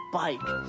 bike